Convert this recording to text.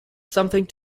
something